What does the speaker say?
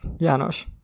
Janos